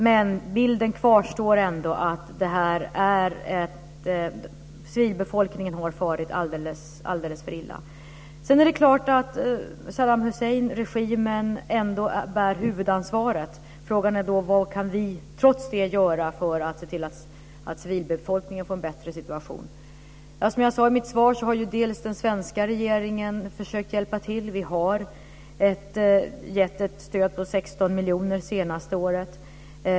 Men bilden kvarstår, civilbefolkningen har farit alldeles för illa. Sedan är det klart att Saddam Hussein-regimen ändå bär huvudansvaret. Frågan är vad vi trots det kan göra för att se till att civilbefolkningen får en bättre situation. Som jag sade i mitt svar har den svenska regeringen försökt hjälpa till. Vi har gett ett stöd på 16 miljoner det senaste året.